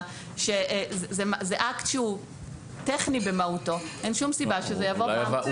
- זה אקט הוא טכני במהותו שזה יבוא פעם נוספת.